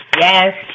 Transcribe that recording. Yes